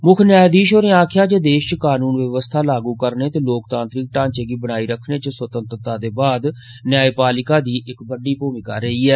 मुक्ख न्यायाधीश होरें आक्खेआ जे देश च कानून व्यवस्था लागू करने ते लोकतांत्रिक ढ़ांचे गी बनाई रक्खने च स्वतंत्रता दे बाद न्यायपालिका दी इक्क बड्डी भूमिका रेही ऐ